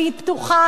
פתוחה,